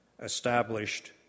established